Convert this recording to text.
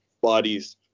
bodies